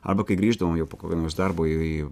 arba kai grįždavom jau po kokio nors darbo į